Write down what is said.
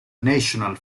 national